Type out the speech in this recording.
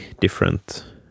different